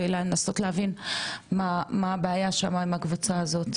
ולנסות להבין מה הבעיה שמה עם הקבוצה הזאת.